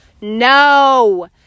no